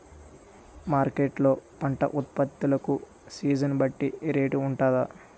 Market లొ పంట ఉత్పత్తి లకు సీజన్ బట్టి రేట్ వుంటుందా?